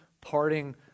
parting